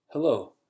Hello